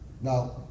Now